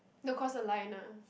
don't cross the line lah